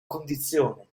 condizione